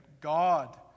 God